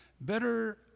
Better